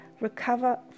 recover